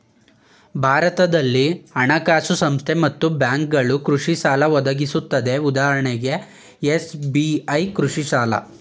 ಭಾರತದಲ್ಲಿ ಹಣಕಾಸು ಸಂಸ್ಥೆ ಮತ್ತು ಬ್ಯಾಂಕ್ಗಳು ಕೃಷಿಸಾಲ ಒದಗಿಸುತ್ವೆ ಉದಾಹರಣೆಗೆ ಎಸ್.ಬಿ.ಐ ಕೃಷಿಸಾಲ